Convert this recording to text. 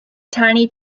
tiny